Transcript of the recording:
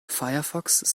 firefox